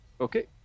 Okay